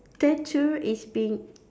statue is being